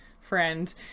friend